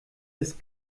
ist